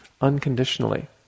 unconditionally